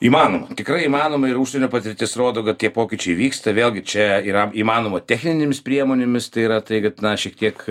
įmanoma tikrai įmanoma ir užsienio patirtis rodo kad tie pokyčiai vyksta vėlgi čia yra įmanoma techninėmis priemonėmis tai yra tai kad na šiek tiek